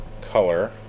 color